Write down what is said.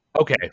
Okay